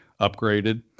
upgraded